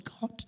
God